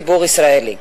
הציבור הישראלי.